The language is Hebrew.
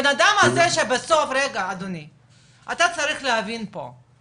הבנאדם הזה שבסוף אתה צריך להבין פה,